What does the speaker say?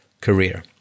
career